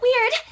weird